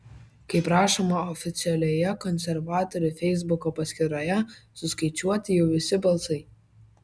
kaip rašoma oficialioje konservatorių feisbuko paskyroje suskaičiuoti jau visi balsai